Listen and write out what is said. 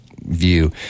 View